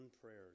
prayers